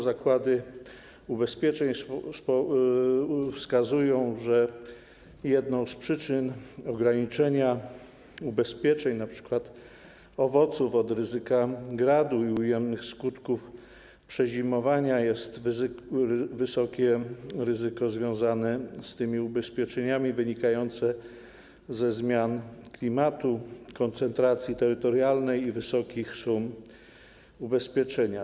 Zakłady ubezpieczeń wskazują, że jedną z przyczyn ograniczenia ubezpieczeń, np. ubezpieczeń owoców od ryzyka gradu i ujemnych skutków przezimowania, jest wysokie ryzyko związane z tymi ubezpieczeniami wynikające ze zmian klimatu, koncentracji terytorialnej i wysokich sum ubezpieczenia.